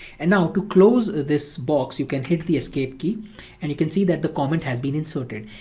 and now, to close this box you can hit the escape key and you can see that the comment has been inserted.